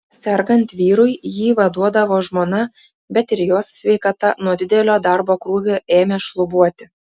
sergant vyrui jį vaduodavo žmona bet ir jos sveikata nuo didelio darbo krūvio ėmė šlubuoti